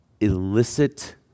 illicit